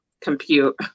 compute